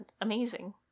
amazing